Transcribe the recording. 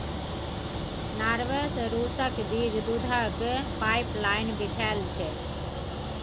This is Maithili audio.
नार्वे सँ रुसक बीच दुधक पाइपलाइन बिछाएल छै